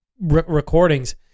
recordings